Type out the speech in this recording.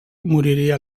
moriria